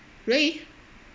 really